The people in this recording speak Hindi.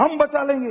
हम बचा लेंगे